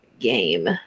game